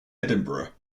edinburgh